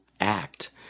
act